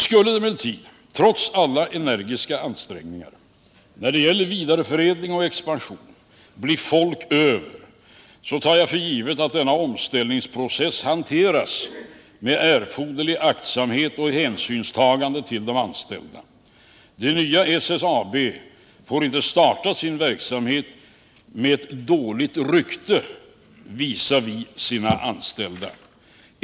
Skulle det emellertid trots alla energiska ansträngningar när det gäller vidareförädling och expansion bli folk över, tar jag för givet att omställningsprocessen hanteras med erforderlig aktsamhet och erforderligt hänsynstagande till de anställda. Det nya SSAB får inte starta sin verksamhet med ett dåligt rykte visavi sina anställda.